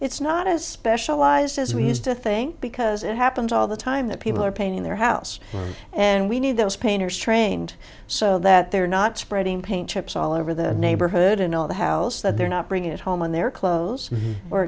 it's not as specialized as we used to think because it happens all the time that people are painting their house and we need those painters trained so that they're not spreading paint chips all over the neighborhood and all the house that they're not bringing it home on their clothes or